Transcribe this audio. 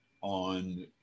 on